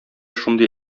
шундый